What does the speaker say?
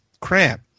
crap